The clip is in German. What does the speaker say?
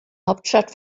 hauptstadt